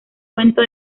cuento